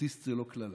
אוטיסט זה לא קללה.